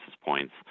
points